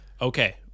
Okay